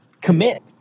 commit